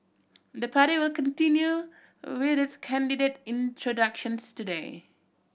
the party will continue with its candidate introductions today